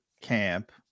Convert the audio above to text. camp